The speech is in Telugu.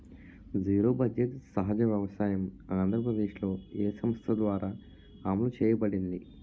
జీరో బడ్జెట్ సహజ వ్యవసాయం ఆంధ్రప్రదేశ్లో, ఏ సంస్థ ద్వారా అమలు చేయబడింది?